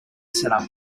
setup